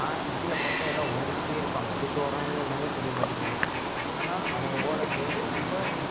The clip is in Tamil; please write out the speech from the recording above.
ஆனால் சிட்டியில் பார்த்தா எல்லாம் ஓடிக்கிட்டே இருப்பாங்க எதுக்கு ஓடுகிறாங்க என்னனே தெரிய மாட்டேங்கிது ஆனால் அவங்க ஓடும் போது ரொம்ப